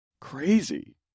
Crazy